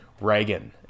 Reagan